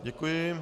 Děkuji.